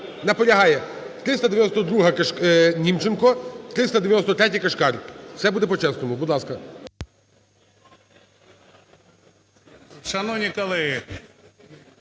Наполягає. 392-а Німченко, 393-я Кишкар, все буде по-чесному, будь ласка.